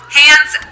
hands